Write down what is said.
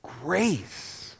grace